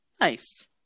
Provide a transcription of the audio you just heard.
Nice